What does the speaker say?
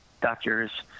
doctors